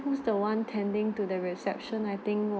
who's the one tending to the reception I think